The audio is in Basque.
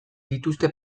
dituzte